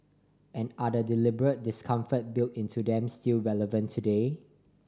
and are the deliberate discomfort built into them still relevant today